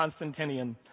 Constantinian